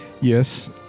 Yes